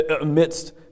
Amidst